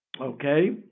Okay